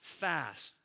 fast